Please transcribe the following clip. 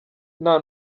nta